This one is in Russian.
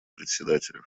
председателя